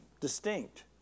distinct